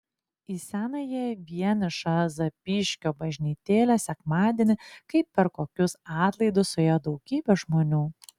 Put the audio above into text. į senąją vienišą zapyškio bažnytėlę sekmadienį kaip per kokius atlaidus suėjo daugybė žmonių